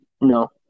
No